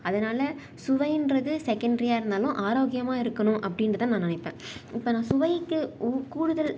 அதனால் சுவைன்றது செகெண்ட்ரியாக இருந்தாலும் ஆரோக்கியமாக இருக்கணும் அப்படினு தான் நான் நினைப்பேன் இப்போ நான் சுவைக்கு கூடுதல்